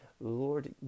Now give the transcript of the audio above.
Lord